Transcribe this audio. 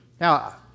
Now